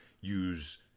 use